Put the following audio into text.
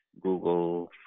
Google